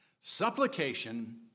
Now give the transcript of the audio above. supplication